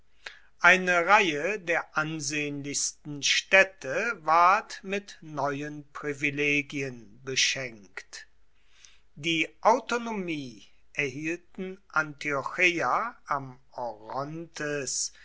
eine reihe der ansehnlichsten städte ward mit neuen privilegien beschenkt die autonomie erhielten antiocheia am orontes